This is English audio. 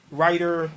writer